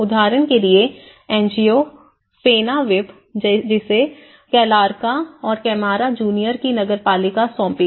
उदाहरण के लिए एक एन जी ओ फेनाविप जिसे कैलारका और कैमारा जूनियर की नगरपालिका सौंपी गई